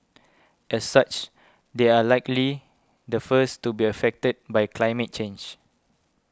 as such they are likely the first to be affected by climate change